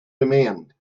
demand